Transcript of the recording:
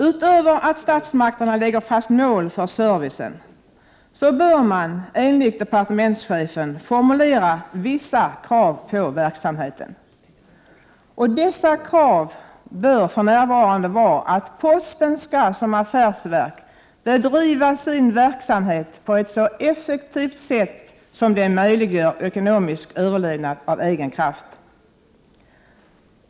Utöver att statsmakterna lägger fast mål för servicen, bör man enligt departementschefen formulera vissa krav på verksamheten. Dessa krav bör för närvarande vara att posten skall, som affärsverk, bedriva sin verksamhet på ett så effektivt sätt att det möjliggör ekonomisk överlevnad av egen kraft.